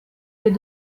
les